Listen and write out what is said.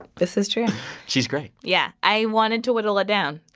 this is true she's great yeah, i wanted to whittle it down.